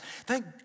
Thank